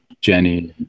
jenny